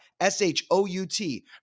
S-H-O-U-T